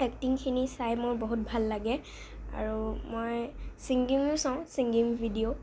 এক্টিংখিনি চাই মোৰ বহুত ভাল লাগে আৰু মই চিংগিংও চাওঁ চিংগিং ভিডিঅ'